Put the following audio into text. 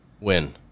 Win